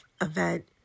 event